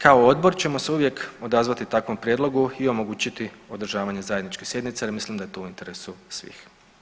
Kao Odbor ćemo se uvijek odazvati takvom prijedlogu i omogućiti održavanje zajedničke sjednice jer mislim da je to u interesu svih.